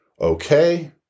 okay